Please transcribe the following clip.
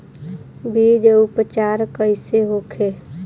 बीज उपचार कइसे होखे?